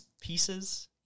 pieces